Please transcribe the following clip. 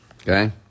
Okay